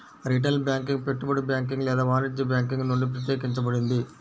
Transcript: retail banking పెట్టుబడి banking లేదా వాణిజ్య బ్యాంకింగ్ నుండి ప్రత్యేకించబడింది